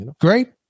Great